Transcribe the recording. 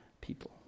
people